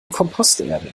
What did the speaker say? komposterde